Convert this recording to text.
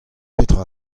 petra